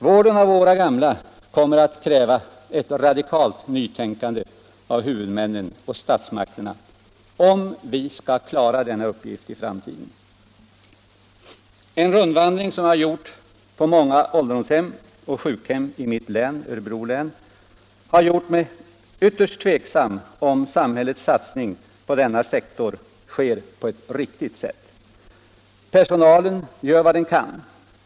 Vården av våra gamla kommer att kräva ett radikalt nytänkande av huvudmännen och statsmakterna om vi skall klara denna uppgift i framtiden. En rundvandring som jag företagit på många ålderdomshem och sjukhem i mitt län, Örebro län, har gjort mig ytterst tveksam om samhällets satsning på denna sektor sker på ett riktigt sätt. Personalen gör vad den kan.